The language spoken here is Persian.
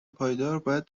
پایدارmباید